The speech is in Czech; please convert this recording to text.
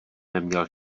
neměl